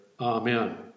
Amen